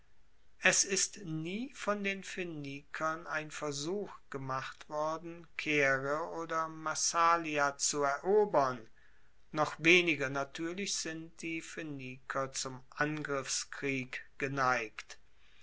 es ist nie von den phoenikern ein versuch gemacht worden caere oder massalia zu erobern noch weniger natuerlich sind die phoeniker zum angriffskrieg geneigt